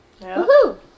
Woohoo